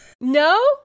No